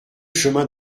chemin